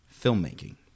filmmaking